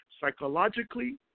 psychologically